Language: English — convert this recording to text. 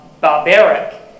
barbaric